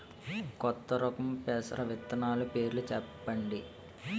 కొత్త రకం పెసర విత్తనాలు పేర్లు చెప్పండి?